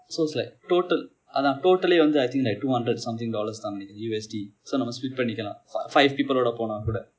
so it's like total அதான்:athaan total வந்து:vanthu I think like two hundred something dollars தான் நினைக்கிறேன்:thaan ninakiren U_S_D so நம்ம:namma split பன்னிக்கலாம்:pannikalaam five people போனால் கூட:ponaal kuda